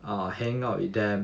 err hang out with them